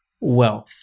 wealth